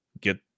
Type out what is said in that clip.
get